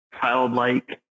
childlike